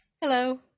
hello